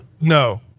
No